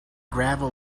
gravel